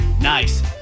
Nice